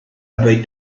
about